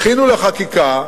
הכינו לחקיקה,